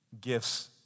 gifts